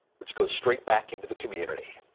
let's go straight back into the community.